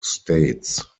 states